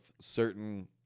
certain